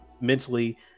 mentally